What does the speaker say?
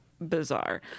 bizarre